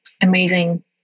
amazing